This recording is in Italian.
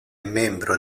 membro